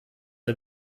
der